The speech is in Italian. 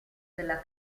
della